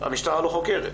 המשטרה לא חוקרת.